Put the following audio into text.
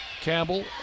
Campbell